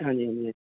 ਹਾਂਜੀ ਹਾਂਜੀ